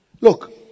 look